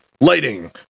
Lighting